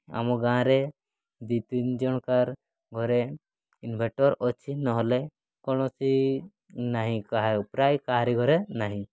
ଆମ ଗାଁରେ ଦୁଇ ତିନି ଜଣଙ୍କର ଘରେ ଇନ୍ଭଟର୍ ଅଛି ନହେଲେ କୌଣସି ନାହିଁ ପ୍ରାୟ କାହାରି ଘରେ ନାହିଁ